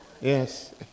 Yes